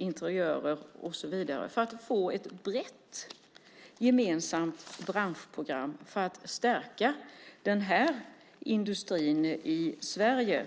interiörer och så vidare, för att få ett brett gemensamt branschprogram för att stärka den här industrin i Sverige.